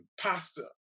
pasta